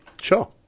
Sure